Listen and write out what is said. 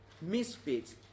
misfits